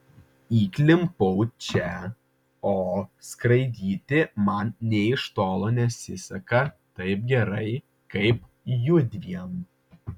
įklimpau čia o skraidyti man nė iš tolo nesiseka taip gerai kaip judviem